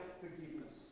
forgiveness